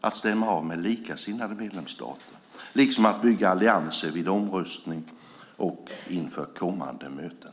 att stämma av med likasinnade medlemsstater, liksom att bygga allianser vid omröstning och inför kommande möten.